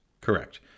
Correct